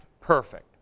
perfect